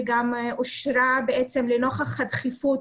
וגם אושרה בעצם לנוכח הדחיפות,